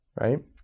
right